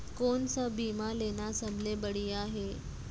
कोन स बीमा लेना सबले बढ़िया हे?